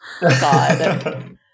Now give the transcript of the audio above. God